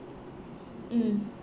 mm